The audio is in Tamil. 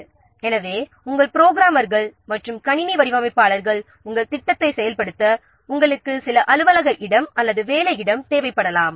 எனவே நம்முடைய ப்ராஜெக்ட்டை செயல்படுத்த புரோகிராமர்கள் மற்றும் கணினி வடிவமைப்பாளர்களுக்கு சில அலுவலக இடம் அல்லது வேலை இடம் தேவைப்படலாம்